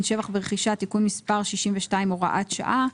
(שבח ורכישה) (תיקון מספר 62 הוראת שעה).